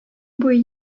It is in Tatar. буе